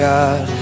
God